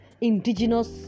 indigenous